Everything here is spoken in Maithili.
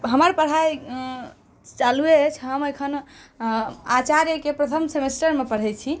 हमर पढ़ाइ चालूये अछि हम एखन आचार्यके प्रथम समेस्टर मे पढै छी